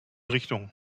richtung